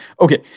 Okay